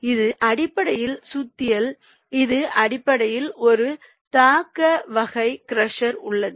இது அடிப்படையில் சுத்தியல் இது அடிப்படையில் ஒரு தாக்க வகை க்ரஷர் உள்ளது